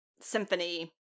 symphony